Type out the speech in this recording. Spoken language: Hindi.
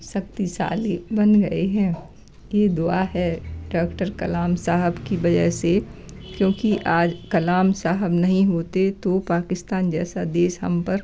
शक्तिशाली बन गए हैं ये हुआ है डॉक्टर कलाम साहब की वजह से क्योंकि आज कलाम साहब नहीं होते तो पाकिस्तान जैसा देश हम पर